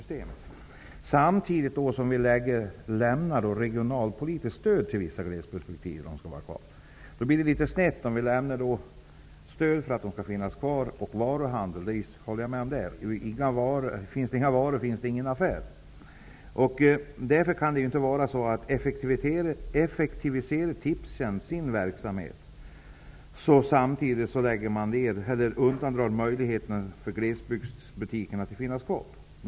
Samtidigt lämnar vi regionalpolitiskt stöd till vissa glesbygdsbutiker för att de skall få vara kvar. Det är ju litet snett. Vi lämnar stöd för att de skall bedriva varuhandel; finns det inga varor, finns det ingen affär. Om Tipstjänst effektiviserar sin verksamhet undandrar man samtidigt glesbygdsbutikerna deras möjligheter att vara kvar.